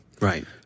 Right